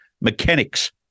mechanics